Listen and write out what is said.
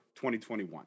2021